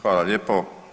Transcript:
Hvala lijepo.